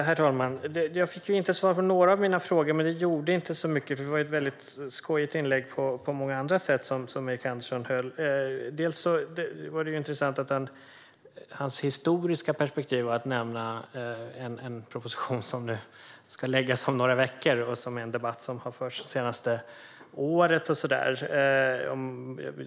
Herr talman! Jag fick inte svar på några av mina frågor, men det gjorde inte så mycket eftersom Erik Anderssons inlägg var väldigt skojigt på många andra sätt. Det var bland annat intressant att hans historiska perspektiv utgjordes av att nämna en proposition som ska läggas fram om några veckor och där debatten har förts det senaste året.